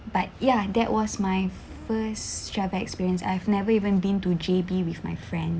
but ya that was my first travel experience I've never even been to J_B with my friends